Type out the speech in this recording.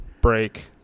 Break